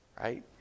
right